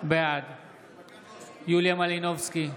בעד יוליה מלינובסקי,